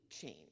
change